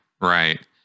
Right